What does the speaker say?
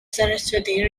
saraswati